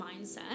mindset